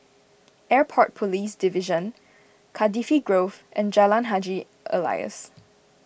Airport Police Division Cardifi Grove and Jalan Haji Alias